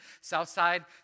Southside